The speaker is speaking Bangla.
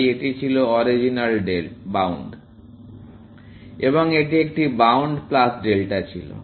তাই এটি ছিল অরিজিনাল বাউন্ড এবং এটি একটি বাউন্ড প্লাস ডেল্টা ছিল